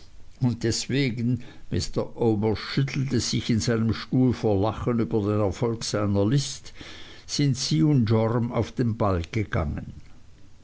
und deswegen mr omer schüttelte sich in seinem stuhl vor lachen über den erfolg seiner list sind sie und joram auf den ball gegangen